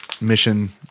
Mission